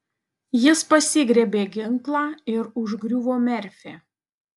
jis pasigriebė ginklą ir užgriuvo merfį